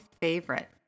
favorite